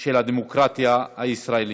של הדמוקרטיה הישראלית.